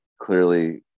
clearly